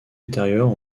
ultérieures